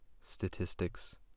statistics